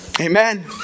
Amen